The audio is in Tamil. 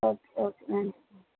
okay okay